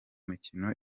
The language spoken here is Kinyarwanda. mikino